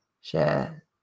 share